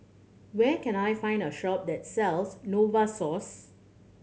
where can I find a shop that sells Novosource